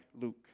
Luke